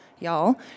y'all